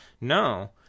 No